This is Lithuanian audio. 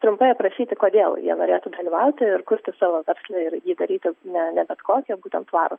trumpai aprašyti kodėl jie norėtų dalyvauti ir kurti savo verslą ir jį daryti ne ne bet kokį o būtent tvarų